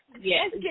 Yes